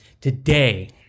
Today